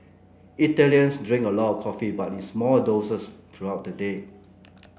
Italians drink a lot of coffee but in small doses throughout the day